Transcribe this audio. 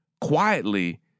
Quietly